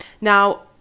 Now